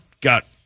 got